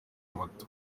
moto